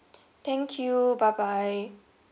thank you bye bye